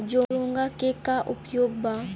चोंगा के का उपयोग बा?